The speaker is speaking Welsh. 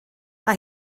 mae